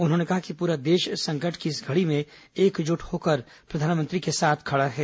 उन्होंने कहा कि प्ररा देश संकट की इस घड़ी में एकज़्ट होकर प्रधानमंत्री के साथ खड़ा है